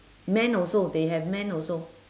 man also they have man also